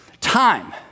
Time